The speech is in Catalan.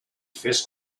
fes